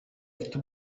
udafite